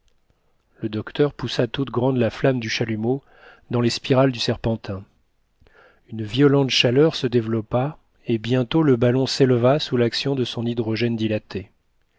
le docteur poussa toute grande la flamme du chalumeau dans les spirales du serpentin une violente chaleur se développa et bientôt le ballon s'éleva sous l'action de son hydrogène dilaté